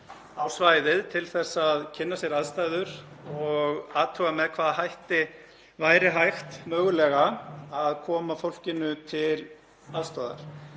á svæðið til að kynna sér aðstæður og athuga með hvaða hætti væri hægt mögulega að koma fólkinu til aðstoðar.